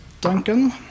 Duncan